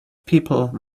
people